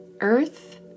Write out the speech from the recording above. earth